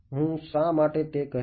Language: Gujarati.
હું શા માટે તે કરીશ